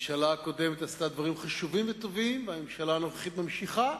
הממשלה הקודמת עשתה דברים חשובים וטובים והממשלה הנוכחית ממשיכה,